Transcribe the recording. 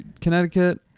Connecticut